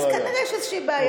אז כנראה יש איזושהי בעיה.